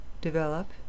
develop